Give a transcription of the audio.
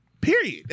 Period